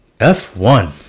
F1